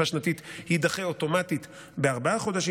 שנתית יידחה אוטומטית בארבעה חודשים.